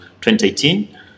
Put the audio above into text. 2018